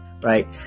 right